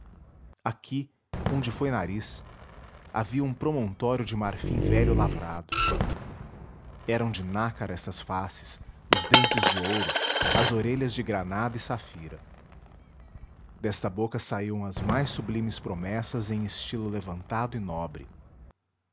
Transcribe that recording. aqui onde foi nariz havia um promontório de marfim velho lavrado eram de nácar estas faces os dentes de ouro as orelhas de granada e safira desta boca saíam as mais sublimes promessas em estilo levantado e nobre